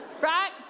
right